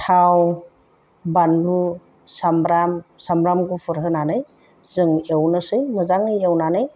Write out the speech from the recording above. थाव बानलु सामब्राम सामब्राम गुफुर होनानै जों एवनोसै मोजां एवनानै